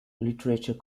literature